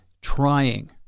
Trying